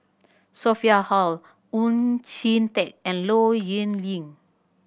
Sophia Hull Oon Jin Teik and Low Yen Ling